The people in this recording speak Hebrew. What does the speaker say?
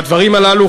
הדברים הללו,